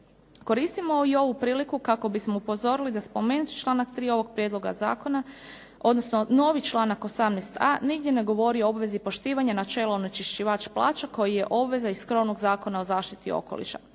Koristimo i ovu priliku kako bismo upozorili da spomenuti članak 3. ovog prijedloga zakona, odnosno novi članak 18.a nigdje ne govori o obvezi poštivanja načelo onečišćivač plaća koji je obveza iz krovnog Zakona o zaštiti okoliša.